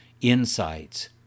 insights